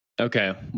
Okay